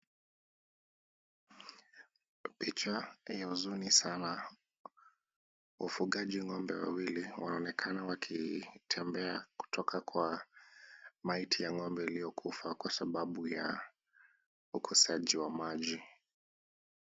Picha ya huzuni sana. Wafugaji wa ngombe wawili wanaonekana wakitembea kutoka kwa maiti ya ngombe aliyekufa kwa sababu ya ukosaji wa maji.